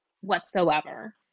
whatsoever